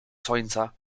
słońca